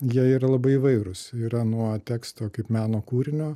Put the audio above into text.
jie yra labai įvairūs yra nuo teksto kaip meno kūrinio